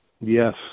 yes